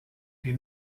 die